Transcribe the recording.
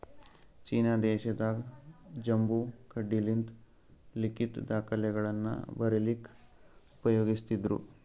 China ದೇಶದಾಗ್ bamboo ಕಡ್ಡಿಲಿಂತ್ ಲಿಖಿತ್ ದಾಖಲೆಗಳನ್ನ ಬರಿಲಿಕ್ಕ್ ಉಪಯೋಗಸ್ತಿದ್ರು